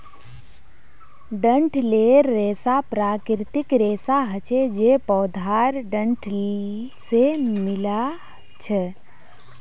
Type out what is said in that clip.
डंठलेर रेशा प्राकृतिक रेशा हछे जे पौधार डंठल से मिल्आ छअ